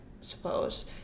suppose